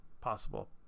possible